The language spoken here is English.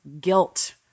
guilt